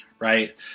Right